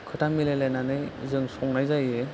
खोथा मिलाय लायनानै जों संनाय जायो